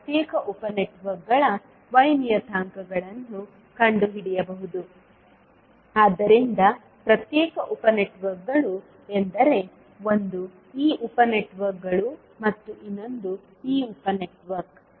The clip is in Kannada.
ನಾವು ಪ್ರತ್ಯೇಕ ಉಪ ನೆಟ್ವರ್ಕ್ಗಳ Y ನಿಯತಾಂಕಗಳನ್ನು ಕಂಡುಹಿಡಿಯಬಹುದು ಆದ್ದರಿಂದ ಪ್ರತ್ಯೇಕ ಉಪ ನೆಟ್ವರ್ಕ್ಗಳು ಎಂದರೆ ಒಂದು ಈ ಉಪ ನೆಟ್ವರ್ಕ್ಗಳು ಮತ್ತು ಇನ್ನೊಂದು ಈ ಉಪ ನೆಟ್ವರ್ಕ್